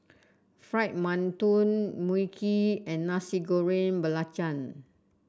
Fried Mantou Mui Kee and Nasi Goreng Belacan